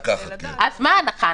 מה ההנחה?